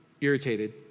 irritated